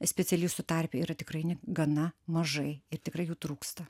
specialistų tarpe yra tikrai gana mažai ir tikrai jų trūksta